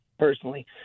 Personally